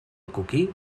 coquí